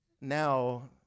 Now